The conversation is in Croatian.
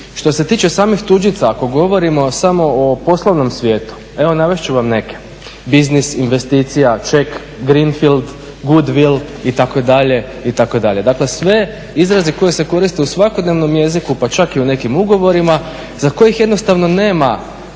Što se tiče samih tuđica, ako govorimo samo o poslovnom svijetu, evo navesti ću vam neke, biznis, investicija, ček, greenfield, goodwill itd., itd., dakle sve izraze koji se koriste u svakodnevnom jeziku, pa čak i u nekim ugovorima za kojih jednostavno nema